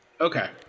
Okay